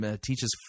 teaches